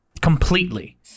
completely